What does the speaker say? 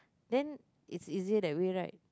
then it's easier that way right